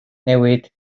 newid